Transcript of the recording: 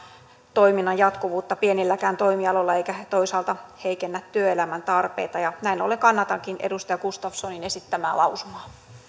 toiminnan jatkuvuutta pienilläkään toimialoilla eikä toisaalta heikennä työelämän tarpeita näin ollen kannatankin edustaja gustafssonin esittämää lausumaa